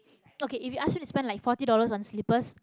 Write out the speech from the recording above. okay if you ask me to spend like forty dollars on slippers